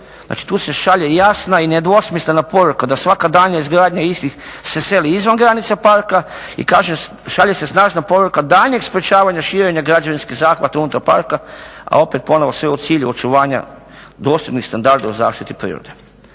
Znači, tu se šalje jasna i nedvosmislena poruka da svaka daljnja izgradnja istih se seli izvan granica parka i šalje se snažna poruka daljnjeg sprečavanja širenja građevinskih zahvata unutar parka, a opet ponovno sve u cilju očuvanja dostojnih standarda u zaštiti prirode.